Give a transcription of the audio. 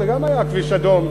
זה גם היה כביש אדום,